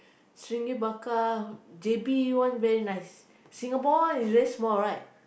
stingray bakar J_B one very nice Singapore one is very small right